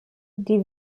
die